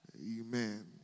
Amen